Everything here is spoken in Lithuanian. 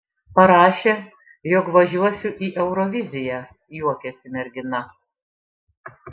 parašė jog važiuosiu į euroviziją juokėsi mergina